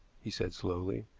he said slowly.